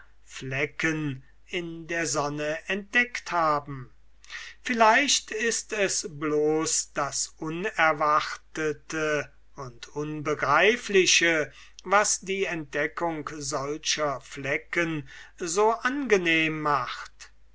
flecken in der sonne entdeckt haben vielleicht ist es bloß das unerwartete und unbegreifliche was die entdeckung solcher flecken so angenehm macht